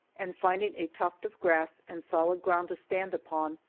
and finding a tuft of grass and solid ground to stand upon,